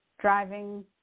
driving